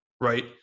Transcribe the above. Right